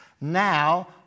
now